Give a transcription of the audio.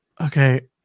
okay